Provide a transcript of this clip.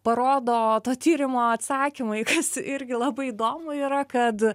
parodo to tyrimo atsakymai kas irgi labai įdomu yra kad